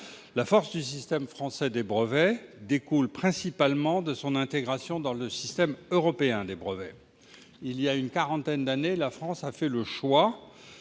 La force du système français des brevets découle principalement de son intégration dans le système européen des brevets. Il y a une quarantaine d'années, la France a fait le choix,